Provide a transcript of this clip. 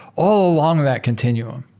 all along that continuum.